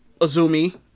Azumi